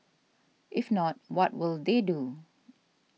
if not what will they do